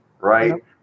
right